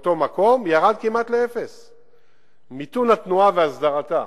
באותו מקום הן ירדו כמעט לאפס בשל מיתון התנועה והסדרתה.